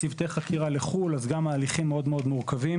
צוותי חקירה לחו"ל אז גם ההליכים מאוד מורכבים.